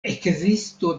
ekzisto